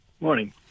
Morning